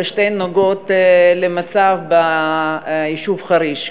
ושתיהן נוגעות למצב ביישוב חריש,